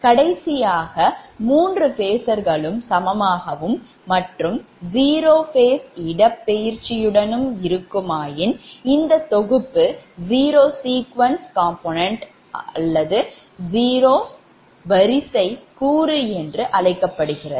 கடைசியாக 3 phaseகளும் சமமாகவும் மற்றும் 0 phase இடப்பெயர்ச்சியுடன் இருக்குமாயின் இந்த தொகுப்பு zero sequence componentகூறு என்று அழைக்கப்படுகிறது